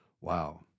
wow